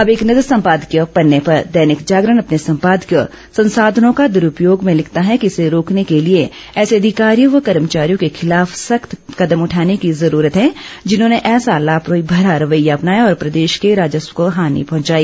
अब एक नज़र सम्पादकीय पन्ने पर दैनिक जागरण अपने सम्पादकीय संसाधनों का दुरुपयोग में लिखता है कि इसे रोकने के लिये ऐसे अधिकारियों व कर्मचारियों के खिलाफ सख्त कदम उठाने की जरूरत है जिन्होंने ऐसा लापरवाही भरा रवैया अपनाया और प्रदेश के राजस्व को हानि पहुंचाई